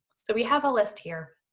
so we have a list here,